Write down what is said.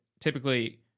typically